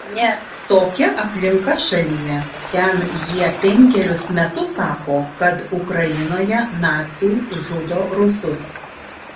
nes tokia aplinka šalyje ten jie penkerius metus sako kad ukrainoje naciai žudo rusus